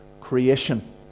creation